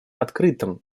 открытым